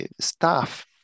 staff